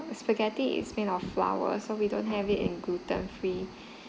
spaghetti is made of flour so we don't have it in gluten free